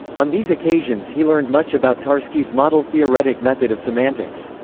on these occasions he learned much about tarski's model theoretic method of semantics.